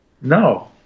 No